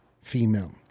female